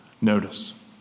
Notice